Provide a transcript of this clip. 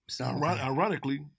Ironically